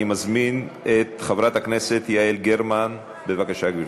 אני מזמין את חברת הכנסת יעל גרמן, בבקשה, גברתי.